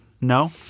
No